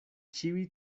ĉiuj